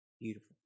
Beautiful